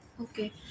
okay